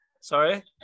Sorry